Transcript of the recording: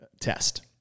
test